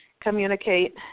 communicate